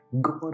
God